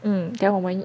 mm then 我们